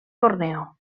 borneo